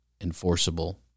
enforceable